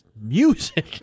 music